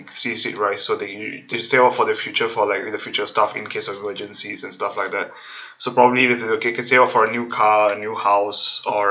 see it rise so they they stay on for their future for like in the future stuff in case of emergencies and stuff like that so probably it's to can save up for a new car a new house or